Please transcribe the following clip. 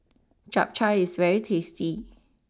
Chap Chai is very tasty